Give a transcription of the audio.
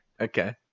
Okay